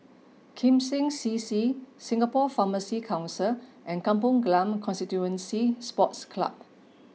Kim Seng C C Singapore Pharmacy Council and Kampong Glam Constituency Sports Club